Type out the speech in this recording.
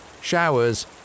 showers